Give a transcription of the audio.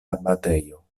abatejo